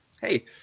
hey